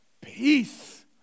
peace